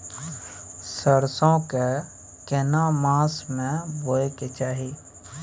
सरसो के केना मास में बोय के चाही?